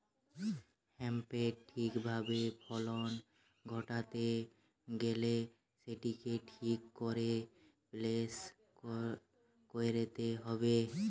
হেম্পের ঠিক ভাবে ফলন ঘটাইতে গেইলে সেটিকে ঠিক করে প্রসেস কইরতে হবে